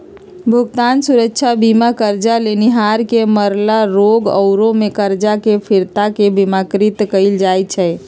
भुगतान सुरक्षा बीमा करजा लेनिहार के मरला, रोग आउरो में करजा के फिरता के बिमाकृत कयल जाइ छइ